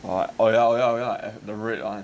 oh ya oh ya oh ya the red [one]